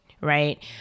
right